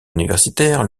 universitaire